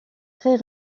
très